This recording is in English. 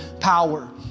power